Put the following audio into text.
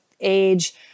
age